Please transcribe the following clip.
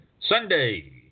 Sunday